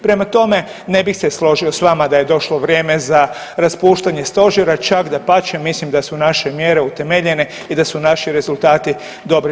Prema tome, ne bih se složio s vama da je došlo vrijeme za raspuštanje stožera, čak dapače mislim da su naše mjere utemeljene i da su naši rezultati dobri.